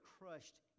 crushed